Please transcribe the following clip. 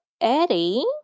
Eddie